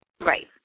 Right